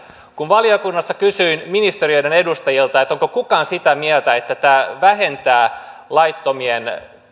kun valiokunnassa kysyin ministeriöiden edustajilta onko kukaan sitä mieltä että tämä vähentää laittomien